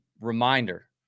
reminder